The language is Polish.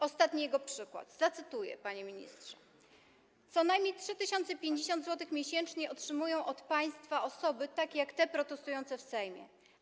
Ostatni przykład zacytuję, panie ministrze: co najmniej 3050 zł miesięcznie otrzymują od państwa takie osoby jak te protestujące w Sejmie.